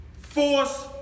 force